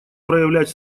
проявлять